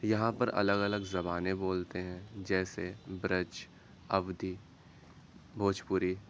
یہاں پر الگ الگ زبانیں بولتے ہیں جیسے برج اودھی بھوجپوری